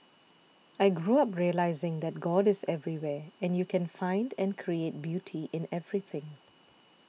I grew up realising that God is everywhere and you can find and create beauty in everything